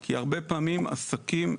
כי הרבה פעמים עסקים,